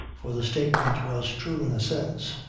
for the statement was true in a sense,